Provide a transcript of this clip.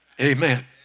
Amen